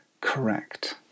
Correct